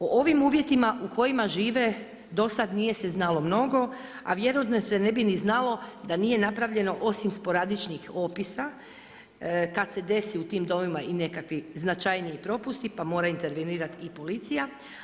O ovim uvjetima u kojima žive do sada nije se znalo mnogo a vjerojatno se ne bi ni znalo da nije napravljano osim sporadičnih opisa kada se desi u tim domovima i nekakvi značajniji propusti pa mora intervenirati i policija.